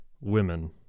women